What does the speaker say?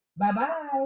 Bye-bye